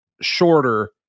Shorter